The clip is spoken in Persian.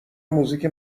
موزیک